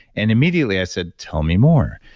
and immediately i said, tell me more.